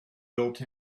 built